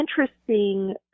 interesting